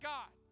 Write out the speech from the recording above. God